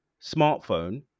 smartphone